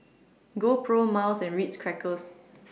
GoPro Miles and Ritz Crackers